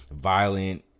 violent